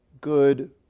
good